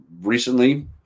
recently